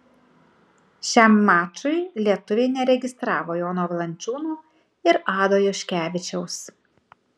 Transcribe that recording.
šiam mačui lietuviai neregistravo jono valančiūno ir ado juškevičiaus